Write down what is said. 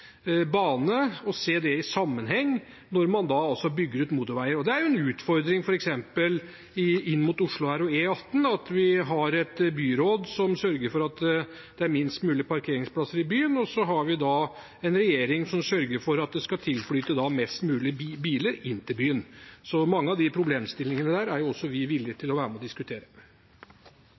bane når man bygger ut motorveier. Det er en utfordring f.eks. inn mot Oslo – med E18 – at vi har et byråd som sørger for at det er minst mulig parkeringsplasser i byen, og en regjering i dag som sørger for en flyt av mest mulig biler inn til byen. Mange av de problemstillingene er også vi villige til å være med og diskutere.